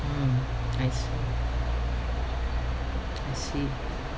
mm I see I see